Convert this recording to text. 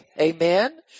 Amen